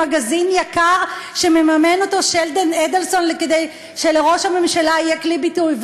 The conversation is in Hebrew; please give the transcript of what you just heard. במגזין יקר שמממן שלדון אדלסון כדי שלראש הממשלה יהיה כלי ביטוי.